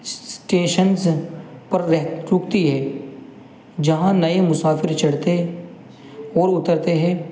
stations پر رہ رکتی ہے جہاں نئے مسافر چڑھتے اور اترتے ہیں